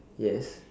yes